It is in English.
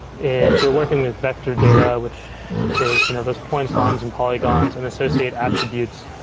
if you're working with vector data, which is you know those points, lines, and polygons, and associate attributes,